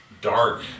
Dark